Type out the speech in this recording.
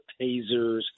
tasers